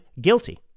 guilty